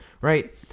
right